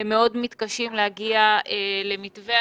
מאוד מתקשים להגיע למתווה.